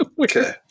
Okay